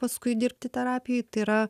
paskui dirbti terapijoj tai yra